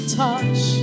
touch